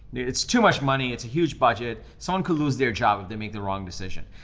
it's too much money. it's a huge budget. someone could lose their job if they make the wrong decision.